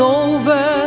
over